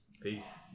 Peace